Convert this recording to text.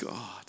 God